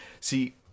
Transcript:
See